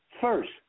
first